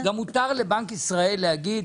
גם מותר לבנק ישראל להגיד: